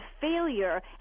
failure